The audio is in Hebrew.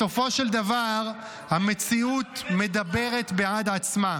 בסופו של דבר המציאות מדברת בעד עצמה.